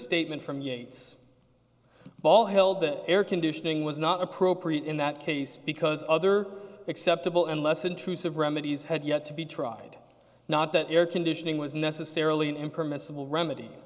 statement from units ball held that air conditioning was not appropriate in that case because other acceptable and less intrusive remedies had yet to be tried not that air conditioning was necessarily